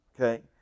Okay